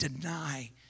deny